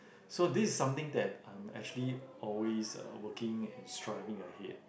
so this is something that I'm actually always um working and striving ahead